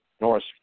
Norris